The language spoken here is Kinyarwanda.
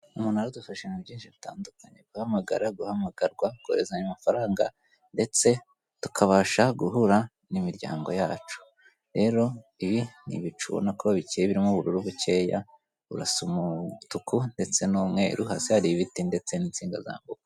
Noneho dufashe ibintu byinshi bitandukanye guhamagara, guhamagarwa, kohezanya amafaranga ndetse tukabasha guhura n'imiryango yacu, rero ibi ni ibicu ubonako bicyeye birimo ubururu bucyeya burasa umutuku ndetse n'umweru hasi hari ibiti ndetse n'insinga zambuka.